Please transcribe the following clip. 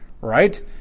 Right